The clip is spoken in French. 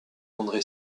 andré